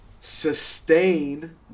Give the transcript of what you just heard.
sustain